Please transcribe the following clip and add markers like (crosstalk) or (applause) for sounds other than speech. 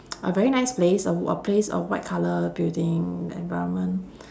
(noise) a very nice place a w~ place a white colour building the environment